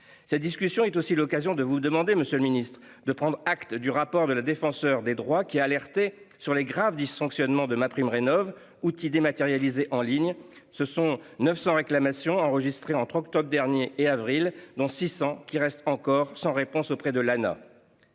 Cette discussion est aussi l'occasion de vous demander, monsieur le Ministre de prendre acte du rapport de la défenseure des droits qui a alerté sur les graves dysfonctionnements de. Outil dématérialisés en ligne. Ce sont 900 réclamations enregistrées entre octobre dernier et avril dont 600 qui restent encore sans réponse auprès de l'.